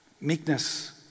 Meekness